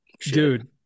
Dude